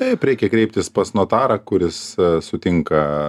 taip reikia kreiptis pas notarą kuris sutinka